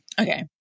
Okay